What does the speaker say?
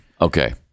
Okay